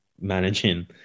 managing